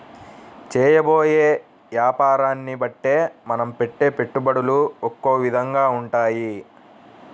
చేయబోయే యాపారాన్ని బట్టే మనం పెట్టే పెట్టుబడులు ఒకొక్క విధంగా ఉంటాయి